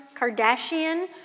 Kardashian